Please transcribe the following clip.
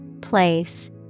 Place